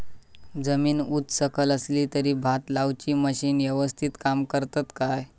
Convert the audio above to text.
जमीन उच सकल असली तर भात लाऊची मशीना यवस्तीत काम करतत काय?